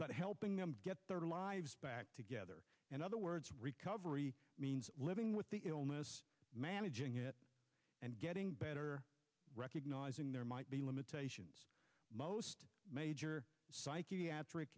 but helping them get their lives back together and other words recovery means living with the illness managing it and getting better recognizing there might be limitations most major psychiatric